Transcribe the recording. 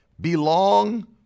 belong